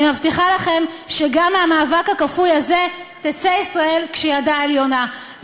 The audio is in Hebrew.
אני מבטיחה לכם שגם מהמאבק הכפוי הזה תצא ישראל כשידה על העליונה.